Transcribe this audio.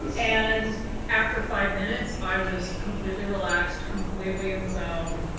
and after five minutes, i was completely relaxed, completely in the zone.